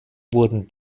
wurden